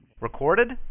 Recorded